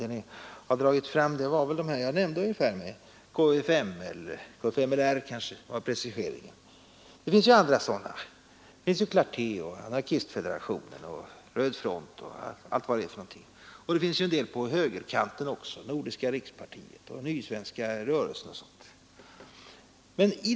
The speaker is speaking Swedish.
Det man dragit fram var väl ungefär de organisationer jag nämnde — kfmli, Clarté, anarkistfederationen, Röd front och allt vad det är. Det finns en del på högerkanten också — Nordiska rikspartiet, Nysvenska rörelsen osv.